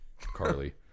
Carly